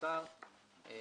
היה